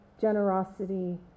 generosity